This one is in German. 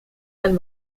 ein